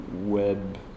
web